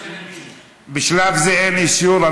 בשלב זה אין אישור.